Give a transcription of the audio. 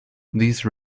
these